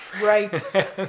right